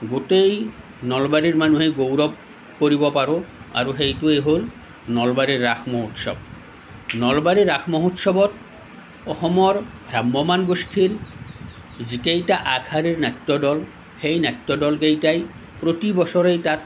গোটেই নলবাৰীৰ মানুহে গৌৰৱ কৰিব পাৰোঁ আৰু সেইটোৱেই হ'ল নলবাৰীৰ ৰাস মহোৎসৱ নলবাৰী ৰাস মহোৎসৱত অসমৰ ভ্ৰাম্যমান গোষ্ঠীৰ যিকেইটা আগশাৰীৰ নাট্যদল সেই নাট্যদল কেইটাই প্ৰতি বছৰেই তাত